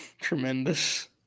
Tremendous